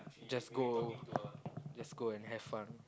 just go just go and have fun